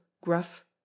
gruff